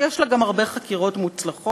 שיש לה גם הרבה חקירות מוצלחות,